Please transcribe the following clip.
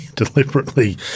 deliberately